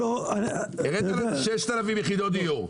אני אראה לך --- הראית לנו 6,000 יחידות דיור.